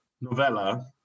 novella